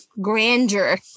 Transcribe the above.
grandeur